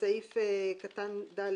(4)בסעיף קטן (ד),